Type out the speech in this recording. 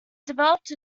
developed